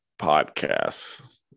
podcasts